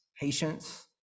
patience